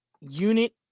unit